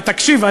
תקשיב,